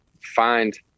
find